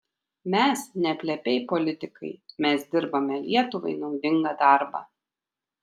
mes ne plepiai politikai mes dirbame lietuvai naudingą darbą